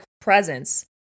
presence